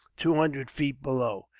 two hundred feet below.